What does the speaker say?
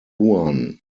juan